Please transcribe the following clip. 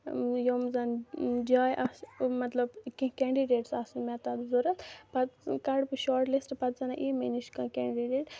یِم زَن جایہِ آسہٕ یِم مطلب کیٚنہہ کینڈِڈیٹٕس آسن مےٚ تتھ ضرورت پَتہٕ کَڑٕ بہٕ شاٹ لِسٹہٕ پَتہٕ زَن یی مےٚ نِش کانٛہہ کینڈِڈیٹ